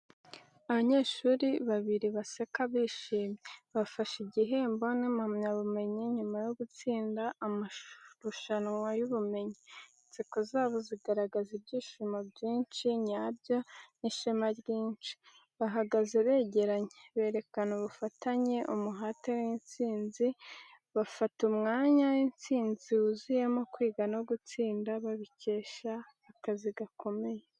Abanyeshuri babiri baseka bishimye, bafashe igihembo n’impamyabumenyi nyuma yo gutsinda amarushanwa y’ubumenyi. Inseko zabo zigaragaza ibyishimo byinshi nyabyo n’ishema ryinshi. Bahagaze begeranye, berekana ubufatanye, umuhate n’intsinzi, bafata umwanya w’intsinzi wuzuyemo kwiga no gutsinda babikesha akazi gakomeye.